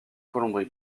colombie